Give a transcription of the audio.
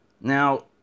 Now